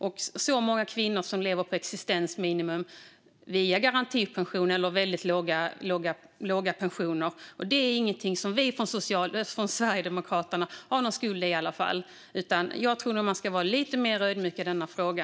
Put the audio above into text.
Det är så många kvinnor som lever på existensminimum via garantipension eller väldigt låga pensioner. Det är ingenting som vi från Sverigedemokraterna i varje fall har någon skuld i. Jag tror nog att man ska vara lite mer ödmjuk i denna fråga.